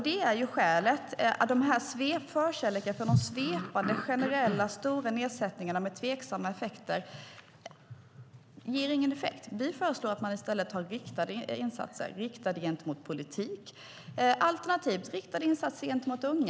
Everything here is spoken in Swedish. De svepande stora generella nedsättningarna är tveksamma och ger ingen effekt. Vi föreslår i stället riktade insatser, riktade gentemot politik, alternativt riktade gentemot unga.